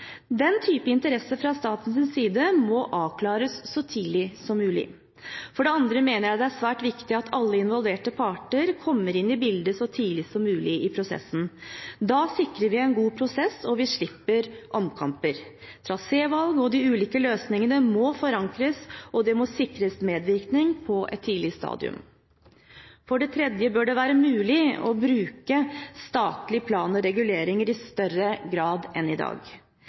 Den type interesser fra statens side må avklares så tidlig som mulig. For det andre mener jeg det er svært viktig at alle involverte parter kommer inn i bildet så tidlig som mulig i prosessen. Da sikrer vi en god prosess, og vi slipper omkamper. Trasévalg og de ulike løsningene må forankres, og det må sikres medvirkning på et tidlig stadium. For det tredje bør det være mulig å bruke statlig plan og reguleringer i større grad enn i dag.